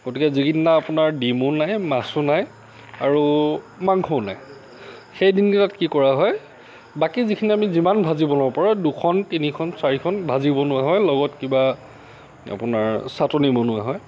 গতিকে যিকেইদিন আপোনাৰ ডিমো নাই মাছো নাই আৰু মাংসও নাই সেই দিন কেইটাত কি কৰা হয় বাকী যিখিনি আমি যিমান ভাজি বনাব পাৰোঁ দুখন তিনিখন চাৰিখন ভাজিও বনোৱা হয় লগত কিবা আপোনাৰ চাটনি বনোৱা হয়